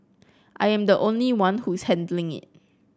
I am the only one who is handling it